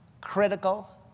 critical